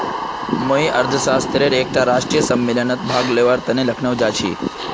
मुई अर्थशास्त्रेर एकटा राष्ट्रीय सम्मेलनत भाग लिबार तने लखनऊ जाछी